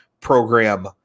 program